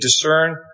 discern